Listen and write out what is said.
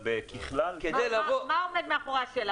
מה עומד מאחורי השאלה?